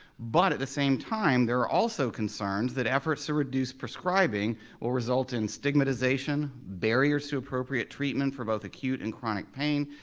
but at the same time, there are also concerns that efforts to reduce prescribing will result in stigmatization, barriers to appropriate treatment for both acute and chronic pain,